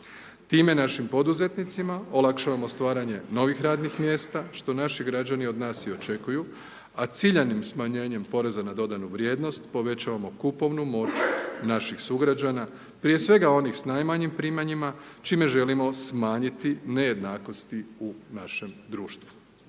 Time našim poduzetnicima olakšavamo stvaranje novih radnih mjesta što naši građani od nas i očekuju a ciljanim smanjenjem poreza na dodanu vrijednost povećavamo kupovnu moć naših sugrađana prije svega onih s najmanjim primanjima čime želimo smanjiti nejednakosti u našem društvu.